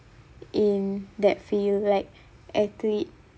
in that field like athlete